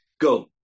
Go